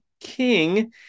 king